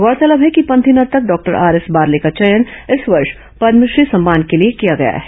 गौरतलब है कि पंथी नर्तक डॉक्टर आरएस बारले का चयन इस वर्ष पद्मश्री सम्मान के लिए किया गया है